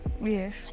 Yes